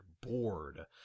bored